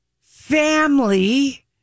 family